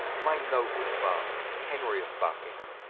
my noble father henry of buckingham,